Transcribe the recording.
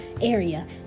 area